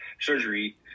surgery